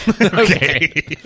Okay